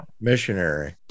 Missionary